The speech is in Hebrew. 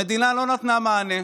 המדינה לא נתנה מענה,